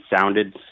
sounded